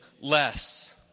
less